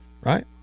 right